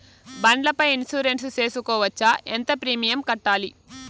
బండ్ల పై ఇన్సూరెన్సు సేసుకోవచ్చా? ఎంత ప్రీమియం కట్టాలి?